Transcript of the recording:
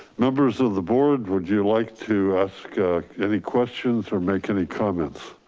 members of the board. would you like to ask any questions or make any comments.